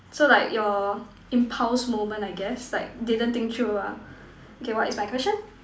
so like your impulse moment I guess like didn't think through ah okay what is my question